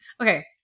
okay